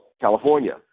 California